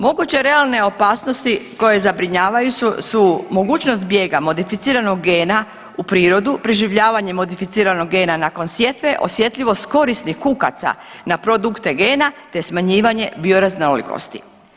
Moguće realne opasnosti koje zabrinjavaju su mogućnost bijega modificiranog gena u prirodu, preživljavanje modificiranog gena nakon sjetve, osjetljivost korisnih kukaca na produkte gena, te smanjivanje bioraznolikosti.